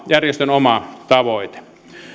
järjestön oma tavoite